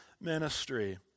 ministry